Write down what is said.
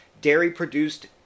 dairy-produced